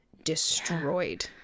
destroyed